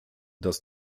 das